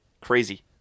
Crazy